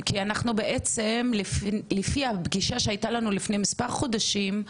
כי אנחנו בעצם לפי הפגישה שהייתה לנו לפני מספר חודשים,